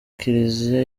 kiliziya